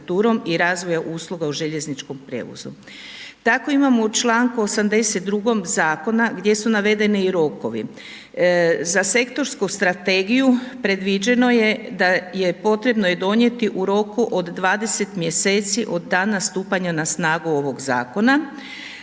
i razvoja usluga željezničkom prijevozu. Tako imamo u čl. 82. zakona gdje su navedeni i rokovi, za sektorsku strategiju predviđeno je da je i potrebno donijeti u roku od 20. mjeseci od dana stupanja na snagu ovog zakona,